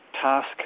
task